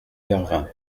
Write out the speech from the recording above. vervins